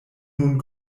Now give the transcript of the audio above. nun